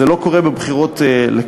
זה לא קורה בבחירות לכנסת,